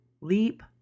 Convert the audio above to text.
leap